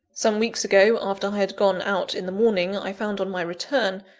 some weeks ago, after i had gone out in the morning, i found on my return,